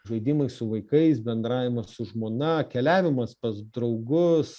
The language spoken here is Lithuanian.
žaidimai su vaikais bendravimas su žmona keliavimas pas draugus